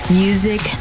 music